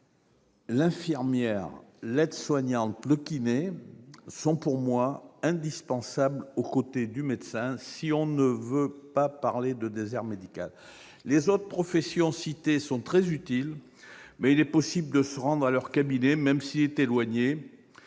L'infirmière, l'aide-soignante et le kinésithérapeute sont indispensables, au côté du médecin, si l'on ne veut pas parler de désert médical. Les autres professions citées sont très utiles, mais il est possible de se rendre à leur cabinet, même s'il est éloigné,